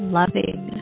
loving